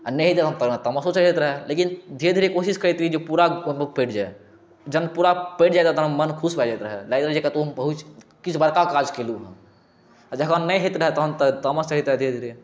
आ नहि तऽ तामसो चढ़ैत रहै लेकिन जे धरे कोशिश करैत रहियै जे पूरा परि जाय जहैन पूरा परि जाय तऽ मन खुश भऽ जाइत रहय लागै छलय कतौ हम पहुँच किछु बड़का काज केलहुॅं हँ आ जखन नहि होयत रहय तहन तऽ तामस चढ़ैत रहे धीरे धीरे